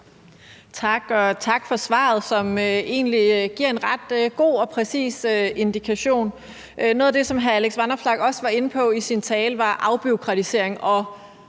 tak for svaret, som egentlig giver en ret god og præcis indikation. Noget af det, som hr. Alex Vanopslagh også var inde på i sin tale, var afbureaukratisering, og